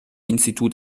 institut